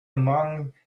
among